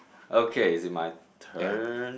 okay is it my turn